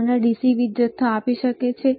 શું તે તમને dc વીજ જથ્થો આપી શકે છે